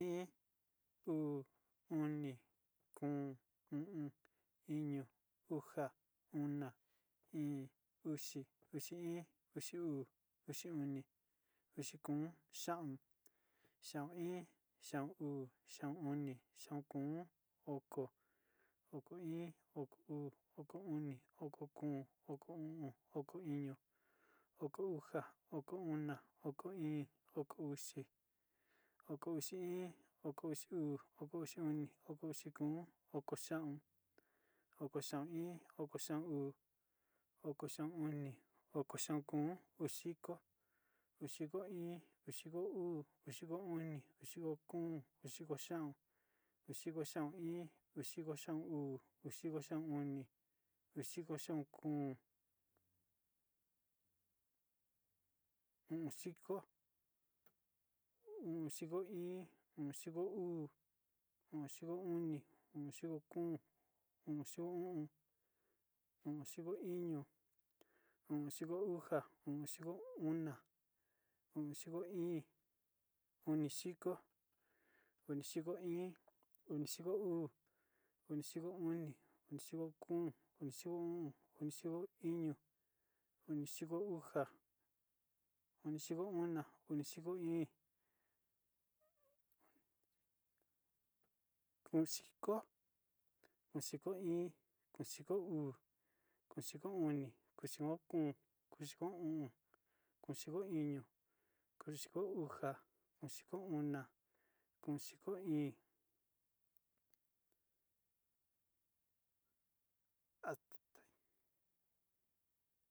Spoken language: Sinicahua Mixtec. Iin, uu, oni, kóo, o'on, iño, uxa, ona, íín, uxi, uxi iin, uxi uu, uxi oni, uxi kóo, xaon, xaon iin, xaon uu, xaon oni, xaon kóo, oko, oko iin, oko uu, oko oni, oko kóo, oko o'on, oko iño, oko uxa, oko ona, oko íín, oko uxi, oko uxi iin, oko uxi uu, oko uxi oni, oko uxi kóo, oko xaon, oko xaon iin, oko xaon uu, oko xaon oni, oko xaon kóo, udiko, udiko iin, udiko uu, udiko oni, udiko kóo, udiko xaón, udiko xaon iin, udiko xaon uu, udiko xaon oni, udiko xaon kóo. ondiko, ondiko iin, ondiko uu, ondiko oni, ondiko kóo, ondiko o'on, ondiko iño, ondiko uxa, ondiko ona, ondiko íín, onidiko, onidiko iin, onidiko uu, onidiko oni, onidiko kóo, onidiko o'on, onidiko iño, onidiko uxa, onidiko ona, onidiko íín, udiko, udiko iin, udiko uun udiko oni, udiko kóo, udiko o'on, udiko iño, udiko uxa, udiko ona udiko íín, asta hí.